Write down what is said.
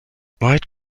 white